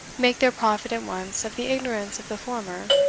make their profit at once of the ignorance of the former,